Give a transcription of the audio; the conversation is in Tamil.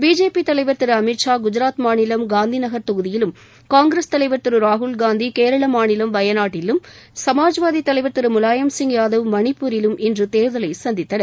பிஜேபி தலைவர் திரு அமித் ஷா குஜராத் மாநிலம் னந்திநகர் தொகுதியிலும் காங்கிரஸ் தலைவர் திரு ராகுல்காந்தி கேரள மாநிலம் வயநாட்டிலும் சமாஜ்வாதி தலைவர் திரு முலாயம் சிங் யாதவ் மணிப்பூரிலும் இன்று தேர்தலை சந்தித்தனர்